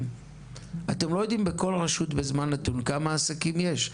עסקים; אתם לא יודעים כמה עסקים יש בכל זמן נתון בכל רשות.